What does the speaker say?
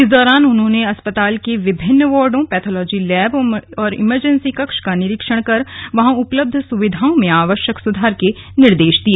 इस दौरान उन्होंने अस्पताल के विभिन्न वाड़ों विभागों पैथोलॉजी लैब और इमरजेंसी कक्ष का निरीक्षण कर वहां उपलब्ध सुविधाओं में आवश्यक सुधार के निर्देश दिए